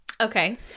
Okay